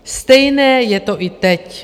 Stejné je to i teď.